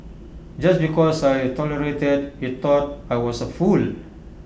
just because I tolerated he thought I was A fool